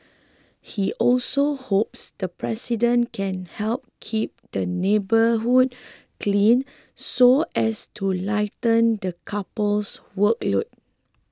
he also hopes the president can help keep the neighbourhood clean so as to lighten the couple's workload